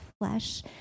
flesh